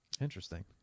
Interesting